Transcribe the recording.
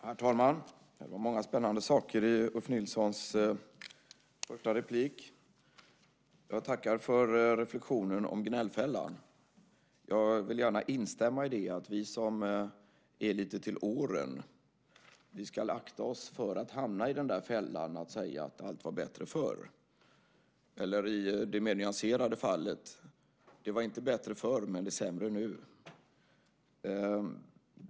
Herr talman! Det var många spännande saker i Ulf Nilssons första inlägg. Jag tackar för reflexionen om gnällfällan. Jag vill gärna instämma i det: Vi som är lite till åren ska akta oss för att hamna i fällan att säga att allt var bättre förr. Eller i det mer nyanserade fallet: Det var inte bättre förr, men det är sämre nu.